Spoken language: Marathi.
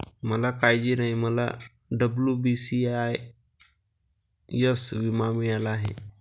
मला काळजी नाही, मला डब्ल्यू.बी.सी.आय.एस विमा मिळाला आहे